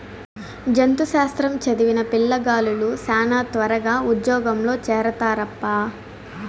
జంతు శాస్త్రం చదివిన పిల్లగాలులు శానా త్వరగా ఉజ్జోగంలో చేరతారప్పా